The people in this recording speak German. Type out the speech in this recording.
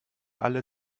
alle